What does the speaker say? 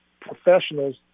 professionals